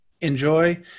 enjoy